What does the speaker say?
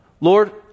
Lord